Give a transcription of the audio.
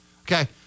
okay